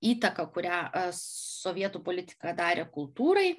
įtaką kurią sovietų politika darė kultūrai